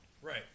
Right